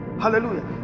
Hallelujah